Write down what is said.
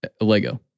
Lego